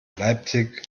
leipzig